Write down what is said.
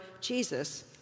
Jesus